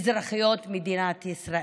אזרחיות מדינת ישראל.